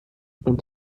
und